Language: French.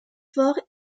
fort